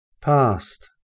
Past